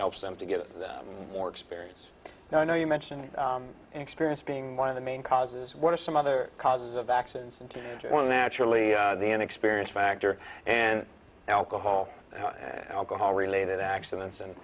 helps them to get more experience now i know you mention experience being one of the main causes what are some other causes of accidents and naturally the inexperience factor and alcohol and alcohol related accidents and